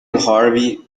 harvey